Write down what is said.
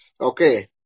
Okay